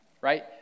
right